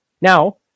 Now